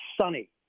sunny